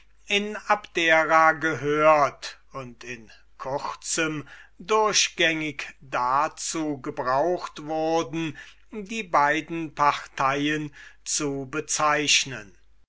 in abdera gehört und in kurzem durchgängig dazu gebraucht wurden die beiden parteien zu bezeichnen